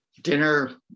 dinner